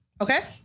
Okay